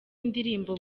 indirimbo